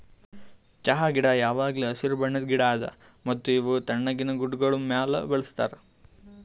ಚಹಾ ಗಿಡ ಯಾವಾಗ್ಲೂ ಹಸಿರು ಬಣ್ಣದ್ ಗಿಡ ಅದಾ ಮತ್ತ ಇವು ತಣ್ಣಗಿನ ಗುಡ್ಡಾಗೋಳ್ ಮ್ಯಾಲ ಬೆಳುಸ್ತಾರ್